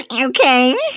Okay